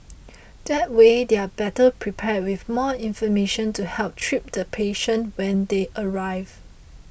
that way they are better prepared with more information to help treat the patient when they arrive